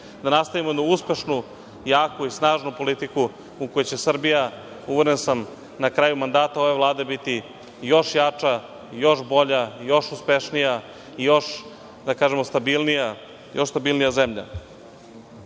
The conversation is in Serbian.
da nastavimo jednu uspešnu, jaku i snažnu politiku u kojoj će Srbija, uveren sam na kraju mandata ove Vlade biti još jača, još bolja, još uspešnija i još, da kažemo stabilnija zemlja. Položaj